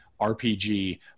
RPG